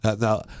Now